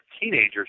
teenagers